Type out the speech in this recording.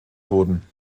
wurden